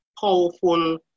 powerful